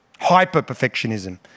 hyper-perfectionism